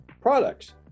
products